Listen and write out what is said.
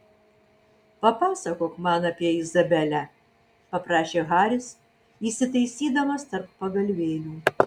papasakok man apie izabelę paprašė haris įsitaisydamas tarp pagalvėlių